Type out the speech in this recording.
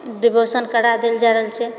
aberration करा देल जा रहल छै